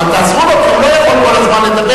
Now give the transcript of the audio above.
אבל תעזרו לו כי הוא לא יכול כל הזמן לדבר.